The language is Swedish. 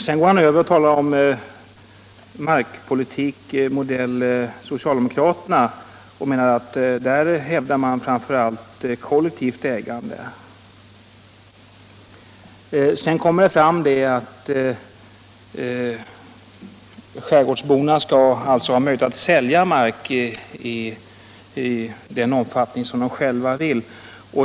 Sedan går herr Krönmark över till att tala om markpolitik modell socialdemokraterna och menar att man där framför allt hävdar ett kollektivt ägande. Sedan kommer det fram att skärgårdsborna skall ha möjlighet att sälja mark i den omfattning som de själva vill.